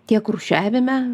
tiek rūšiavime